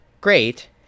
great